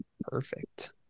perfect